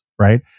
right